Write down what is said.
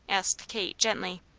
asked kate, gently.